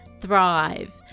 Thrive